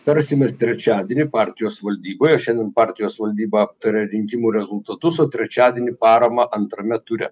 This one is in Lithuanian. tarsimės trečiadienį partijos valdyboje šiandien partijos valdyba aptarė rinkimų rezultatus o trečiadienį paramą antrame ture